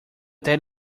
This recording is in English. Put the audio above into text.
that